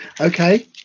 Okay